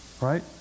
right